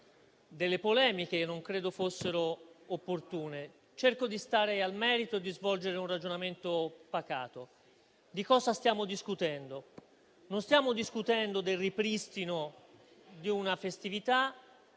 delle polemiche e non credo che fossero opportune. Cerco di stare nel merito e svolgere un ragionamento pacato. Di cosa stiamo discutendo? Non stiamo discutendo del ripristino di una festività,